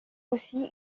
aussi